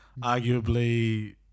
Arguably